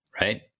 right